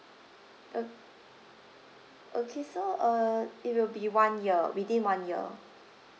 o~ okay so uh it will be one year within one year